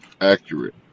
accurate